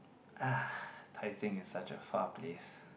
uh Tai-Seng is such a far place